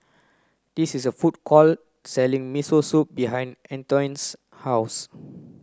this is a food court selling Miso Soup behind Antione's house